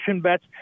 bets